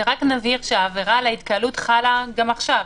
נבהיר שהעבירה על התקהלות חלה גם עכשיו.